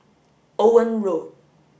Owen Road